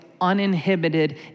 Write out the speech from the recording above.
uninhibited